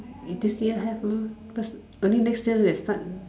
is this year have mah first only next year they start